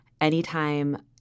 anytime